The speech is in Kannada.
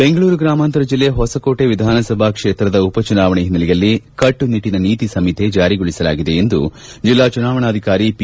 ಬೆಂಗಳೂರು ಗ್ರಾಮಾಂತರ ಜಿಲ್ಲೆ ಹೊಸಕೋಟೆ ವಿಧಾನಸಭಾ ಕ್ಷೇತ್ರದ ಉಪ ಚುನಾವಣೆ ಓನ್ನೆಲೆಯಲ್ಲಿ ಕಟ್ಟನಿಟ್ಟನ ನೀತಿ ಸಂಹಿತೆ ಜಾರಿಗೊಳಿಸಲಾಗಿದೆ ಎಂದು ಜಿಲ್ಲಾ ಚುನಾವಣಾಧಿಕಾರಿ ಪಿ